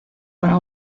para